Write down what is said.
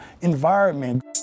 environment